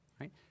right